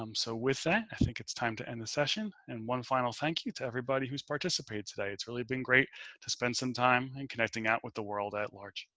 um so with that, i think it's time to end the session. and one final. thank you to everybody who's participated today. it's really been great to spend some time and connecting out with the world at large.